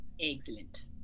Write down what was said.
Excellent